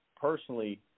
personally